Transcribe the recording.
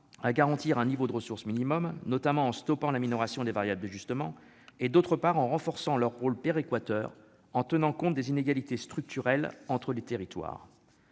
à garantir un niveau de ressources minimum, notamment en stoppant la minoration des variables d'ajustement et en renforçant leur rôle péréquateur en tenant compte des inégalités structurelles entre les territoires.